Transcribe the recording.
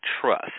trust